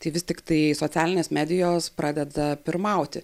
tai vis tiktai socialinės medijos pradeda pirmauti